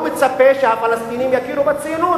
הוא מצפה שהפלסטינים יכירו בציונות,